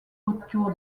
autour